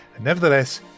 Nevertheless